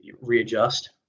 readjust